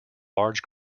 large